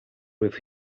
with